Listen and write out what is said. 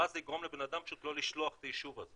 ואז זה יגרום לבן אדם פשוט לא לשלוח את האישור הזה.